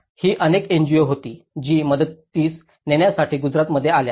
ही अनेक एनजीओ होती जी मदतनीस देण्यासाठी गुजरातमध्ये आल्या